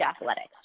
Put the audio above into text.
athletics